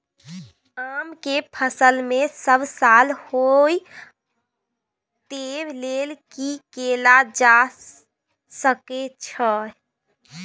आम के फसल सब साल होय तै लेल की कैल जा सकै छै?